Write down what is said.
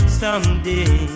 someday